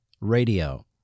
radio